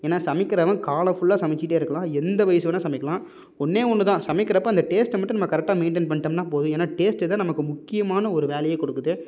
ஏன்னால் சமைக்கிறவன் காலம் ஃபுல்லாக சமைச்சிட்டே இருக்கலாம் எந்த வயது வேணால் சமைக்கலாம் ஒன்றே ஒன்று தான் சமைக்கிறப்போ அந்த டேஸ்ட்டை மட்டும் நம்ம கரெக்டாக மெயின்டன் பண்ணிவிட்டோம்னா போதும் ஏன்னால் டேஸ்ட்டு தான் நமக்கு ஒரு முக்கியமான ஒரு வேலையை கொடுக்குது